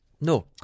No